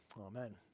Amen